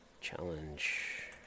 challenge